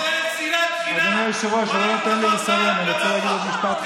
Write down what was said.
אני רוצה לסיים בדבר אחד,